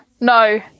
no